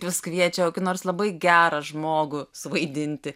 vis kviečia kokį nors labai gerą žmogų suvaidinti